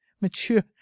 mature